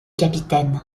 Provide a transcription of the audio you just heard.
capitaine